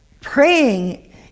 Praying